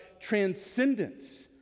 transcendence